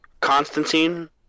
Constantine